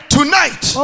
tonight